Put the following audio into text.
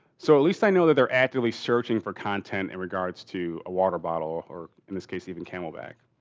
so, at least i know that they're actively searching for content in regards to a water bottle or in this case even camelback.